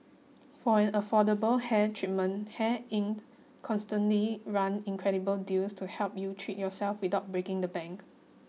for an affordable hair treatment Hair Inc constantly run incredible deals to help you treat yourself without breaking the bank